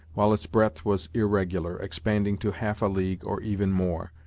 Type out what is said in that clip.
while its breadth was irregular, expanding to half a league, or even more,